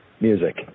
music